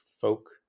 folk